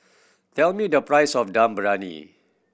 tell me the price of Dum Briyani